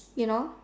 you know